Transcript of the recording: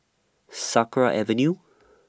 Sakra Avenue